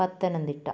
Pathanamthitta